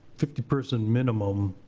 fifty person minimum